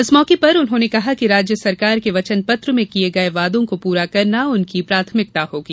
इस मौके पर उन्होंने कहा कि राज्य सरकार के वचनपत्र में किये गर्य वादो को पूरा करना उनकी प्राथमिकता होगी